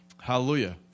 Hallelujah